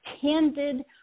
candid